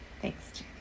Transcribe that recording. Thanks